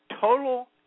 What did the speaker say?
total